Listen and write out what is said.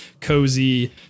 cozy